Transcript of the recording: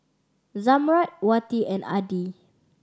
Zamrud Wati and Adi